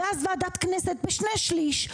ואז ועדת כנסת בשני שליש,